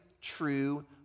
true